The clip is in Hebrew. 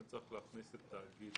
אין בהוראות תקנה